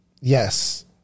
Yes